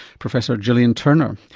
professor gillian turner.